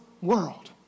world